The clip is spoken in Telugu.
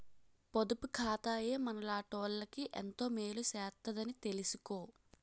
పొదుపు ఖాతాయే మనలాటోళ్ళకి ఎంతో మేలు సేత్తదని తెలిసుకో